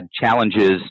challenges